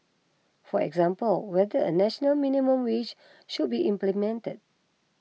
for example whether a national minimum wage should be implemented